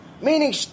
meaning